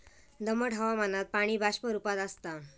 दमट हवामानात पाणी बाष्प रूपात आसता